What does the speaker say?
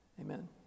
Amen